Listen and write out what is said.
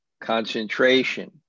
concentration